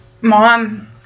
mom